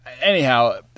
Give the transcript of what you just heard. anyhow